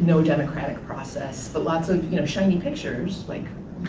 no democratic process but lots of you know shiny pictures. like